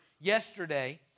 yesterday